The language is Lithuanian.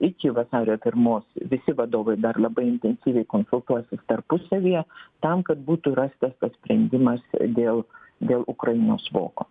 iki vasario pirmos visi vadovai dar labai intensyviai konsultuosis tarpusavyje tam kad būtų rastas tas sprendimas dėl dėl ukrainos voko